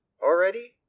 already